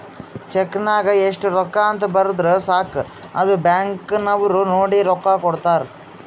check ನಾಗ್ ಎಸ್ಟ್ ರೊಕ್ಕಾ ಅಂತ್ ಬರ್ದುರ್ ಸಾಕ ಅದು ಬ್ಯಾಂಕ್ ನವ್ರು ನೋಡಿ ರೊಕ್ಕಾ ಕೊಡ್ತಾರ್